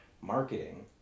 marketing